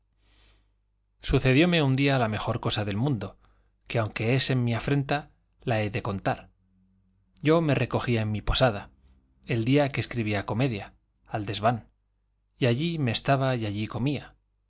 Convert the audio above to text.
sucedióme un día la mejor cosa del mundo que aunque es en mi afrenta la he de contar yo me recogía en mi posada el día que escribía comedia al desván y allí me estaba y allí comía